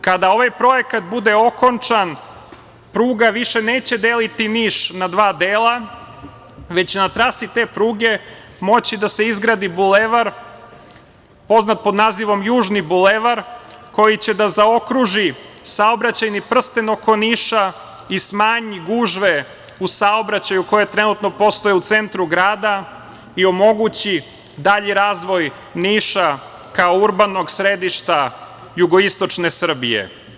Kada ovaj projekat bude okončan, pruga više neće deliti Niš na dva dela, već na trasi te pruge moći će da se izgradi Bulevar, poznat pod nazivom južni bulevar, koji će da zaokruži saobraćajni prsten oko Niša i smanji gužve u saobraćaju koje trenutno postoje u centru grada i omogući dalji razvoj Niša, kao urbanog središta jugoistočne Srbije.